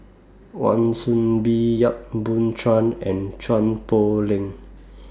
Wan Soon Bee Yap Boon Chuan and Chua Poh Leng